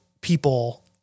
people